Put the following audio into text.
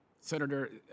Senator